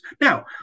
now